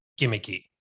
gimmicky